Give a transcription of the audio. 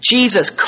Jesus